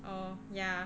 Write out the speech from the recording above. oh yeah